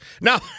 Now